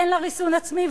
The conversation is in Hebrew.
אין לה ריסון עצמי,